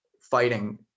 fighting